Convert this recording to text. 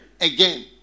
again